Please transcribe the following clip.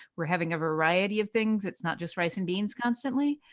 we're having a variety of things. it's not just rice and beans constantly.